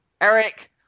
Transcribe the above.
Eric